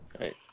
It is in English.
right